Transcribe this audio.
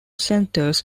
centres